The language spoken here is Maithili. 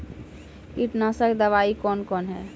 कीटनासक दवाई कौन कौन हैं?